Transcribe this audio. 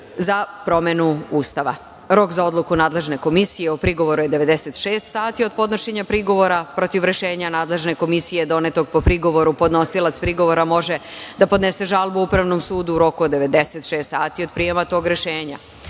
za promenu Ustava. Rok za odluku nadležne komisije o prigovoru je 96 sati od podnošenja prigovora. Protiv rešenja nadležne komisije, donetog po prigovoru, podnosilac prigovora može da podnese žalbu Upravnom sudu u roku od 96 sati od prijema tog rešenja